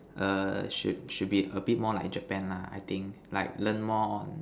err should should be a bit more like Japan lah I think like learn more on